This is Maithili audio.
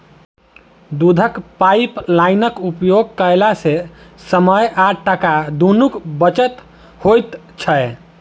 दूधक पाइपलाइनक उपयोग कयला सॅ समय आ टाका दुनूक बचत होइत छै